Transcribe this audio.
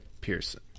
Pearson